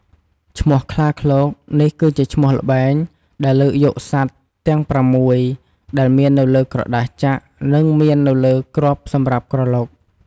ឈ្មោះ "ខ្លាឃ្លោក" នេះគឺជាឈ្មោះល្បែង ដែលលើកយកសត្វទាំងប្រាំមួយ ដែលមាននៅលើក្រដាសចាក់ និងមាននៅលើគ្រាប់សម្រាប់ក្រឡុក។